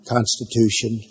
Constitution